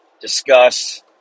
discuss